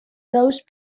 those